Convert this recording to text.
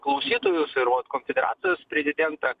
klausytojus ir vat konfederacijos prezidentą